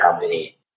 company